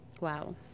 Wow